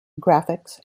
graphics